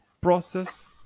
process